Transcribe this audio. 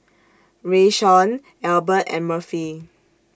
Rayshawn Elbert and Murphy